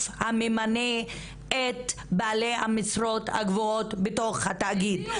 הממנה את בעלי המשרות הגבוהות בתוך התאגיד.